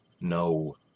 No